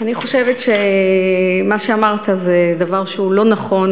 אני חושבת שמה שאמרת זה דבר שהוא לא נכון,